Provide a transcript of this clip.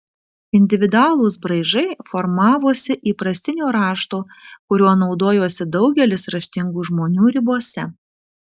individualūs braižai formavosi įprastinio rašto kuriuo naudojosi daugelis raštingų žmonių ribose